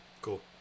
Cool